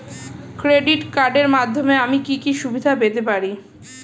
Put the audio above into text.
Credit কার্ডের মাধ্যমে আমি কি কি সুবিধা পেতে পারি?